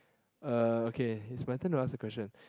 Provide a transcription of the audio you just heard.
uh okay it's my turn to ask the question